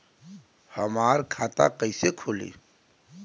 हमार खाता कईसे खुली?